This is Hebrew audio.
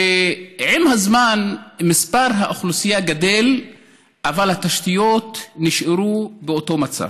ועם הזמן האוכלוסייה שלהם גדלה אבל התשתיות נשארו באותו מצב.